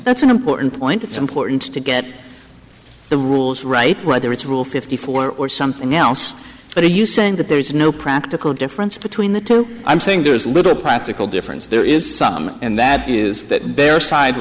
that's an important point it's important to get the rules right whether it's rule fifty four or something else but are you saying that there is no practical difference between the two i'm saying there is little practical difference there is some and that is that their side